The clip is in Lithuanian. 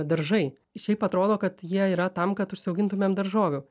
daržai šiaip atrodo kad jie yra tam kad užsiaugintumėm daržovių